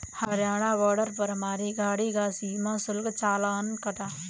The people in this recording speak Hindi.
हरियाणा बॉर्डर पर हमारी गाड़ी का सीमा शुल्क चालान कटा